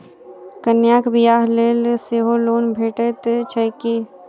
कन्याक बियाह लेल सेहो लोन भेटैत छैक की?